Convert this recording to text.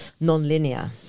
non-linear